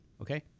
okay